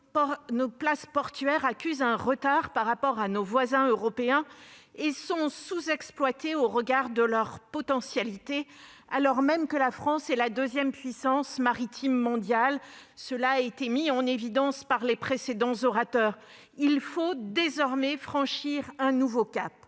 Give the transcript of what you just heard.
nos places portuaires accusent un retard par rapport à celles de nos voisins européens et sont sous-exploitées au regard de leurs potentialités, alors même que la France est la deuxième puissance maritime mondiale. Ce constat a été mis en évidence par les précédents orateurs. Il faut désormais franchir un nouveau cap.